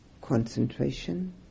concentration